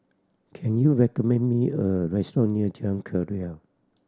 can you recommend me a restaurant near Jalan Keria